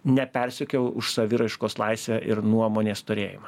nepersekio už saviraiškos laisvę ir nuomonės turėjimą